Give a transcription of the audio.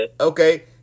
okay